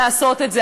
לעשות את זה.